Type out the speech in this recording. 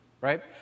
right